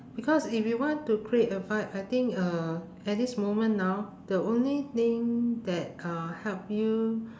because if you want to create a vibe I think uh at this moment now the only thing that uh help you